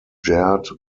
jared